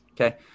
Okay